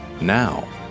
Now